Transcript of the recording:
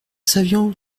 savions